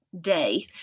day